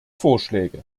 vorschläge